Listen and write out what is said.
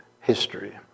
history